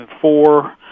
four